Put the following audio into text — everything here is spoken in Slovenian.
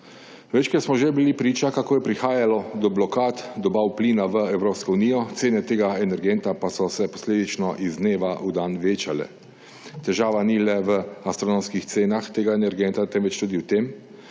Večkrat smo že bili priča, kako je prihajalo do blokad dobav plina v Evropsko unijo, cene tega energenta pa so se posledično iz dneva v dan večale. Težava ni le v astronomskih cenah tega energenta, temveč tudi v tem,